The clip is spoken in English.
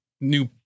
new